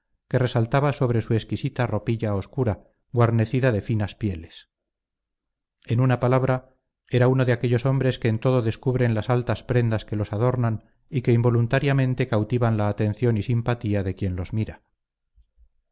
que resaltaba sobre su exquisita ropilla oscura guarnecida de finas pieles en una palabra era uno de aquellos hombres que en todo descubren las altas prendas que los adornan y que involuntariamente cautivan la atención y simpatía de quien los mira